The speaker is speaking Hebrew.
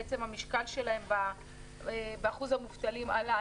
בעצם המשקל שלהם באחוז המובטלים עלה.